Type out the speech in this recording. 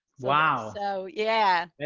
wow. so yeah,